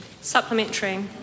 Supplementary